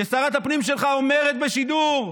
כששרת הפנים שלך אומרת בשידור: